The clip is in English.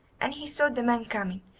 and he saw the man coming,